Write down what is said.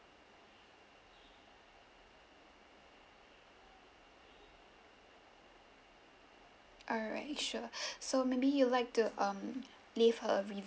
alright sure so maybe you like to um leave her a re~